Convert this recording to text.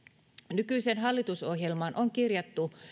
nykyiseen hallitusohjelmaan on kirjattu